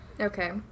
Okay